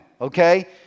okay